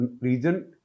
region